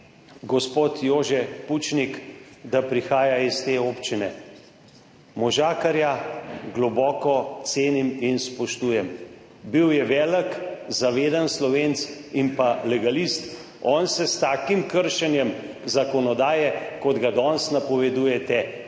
gospod Jože Pučnik, ki prihaja iz te občine. Možakarja globoko cenim in spoštujem, bil je velik, zaveden Slovenec in pa legalist. On se s takim kršenjem zakonodaje, kot ga danes napovedujete, ne